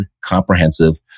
comprehensive